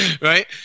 right